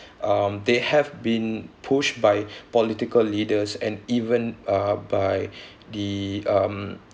um they have been pushed by political leaders and even uh by the um